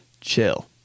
chill